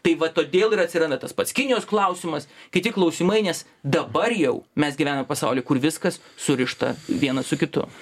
tai va todėl ir atsiranda tas pats kinijos klausimas kiti klausimai nes dabar jau mes gyvenam pasauly kur viskas surišta viena su kitu